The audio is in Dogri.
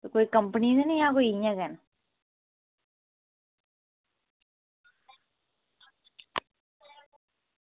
ते एह् कोई कंपनी दियां न जां इंया